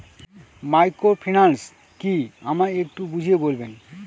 Microfinance কি আমায় একটু বুঝিয়ে বলবেন?